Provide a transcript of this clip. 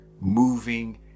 moving